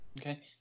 Okay